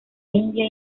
india